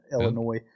Illinois